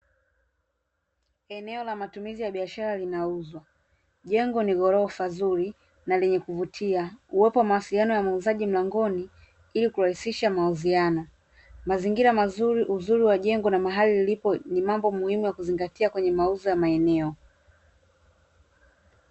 Eneo la matumizi ya biashara linauzwa, jengo ni ghorofa zuri na lenye kuvutia, uwepo wa mawasiliano ya muuzaji mlangoni ili kurahisisha mauziano, mazingira mazuri, uzuri wa jengo na mahali lilipo ni mambo muhimu ya kuzingatia kwenye mauzo ya maeneo.